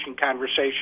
conversation